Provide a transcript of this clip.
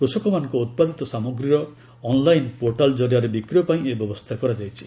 କୃଷକମାନଙ୍କ ଉତ୍ପାଦିତ ସାମଗ୍ରୀଗୁଡ଼ିକର ଅନ୍ଲାଇନ୍ ପୋର୍ଟାଲ୍ ଜରିଆରେ ବିକ୍ରୟ ପାଇଁ ଏହି ବ୍ୟବସ୍ଥା କରାଯାଇଛି